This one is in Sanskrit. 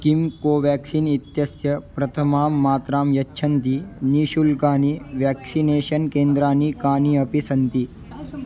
किं कोवेक्सिन् इत्यस्य प्रथमां मात्रां यच्छन्ति निःशुल्कं वेक्सिनेषन् केन्द्राणि कानि अपि सन्ति